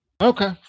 Okay